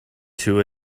two